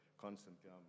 constantly